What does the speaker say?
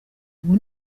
ubu